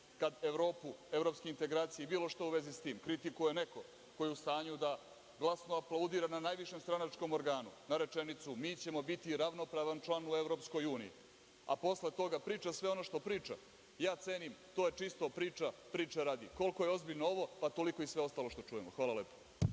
Kad Evropu, evropske integracije i bilo šta u vezi s tim kritikuje neko ko je u stanju da glasno aplaudira na najvišem stranačkom organu na rečenicu – mi ćemo biti ravnopravan član u EU, a posle toga priča sve ono što priča, ja cenim da je to čisto priča priče radi. Koliko je ozbiljno ovo, toliko i sve ostalo što čujemo. Hvala lepo.